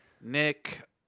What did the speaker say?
Nick